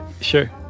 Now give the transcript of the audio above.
Sure